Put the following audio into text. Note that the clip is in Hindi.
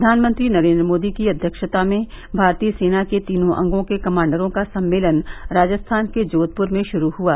प्रधानमंत्री नरेन्द्र मोदी की अध्यक्षता में भारतीय सेना के तीनों अंगों के कमांडरों का सम्मेलन राजस्थान के जोघपुर में शुरू हुआ